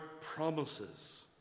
promises